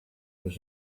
was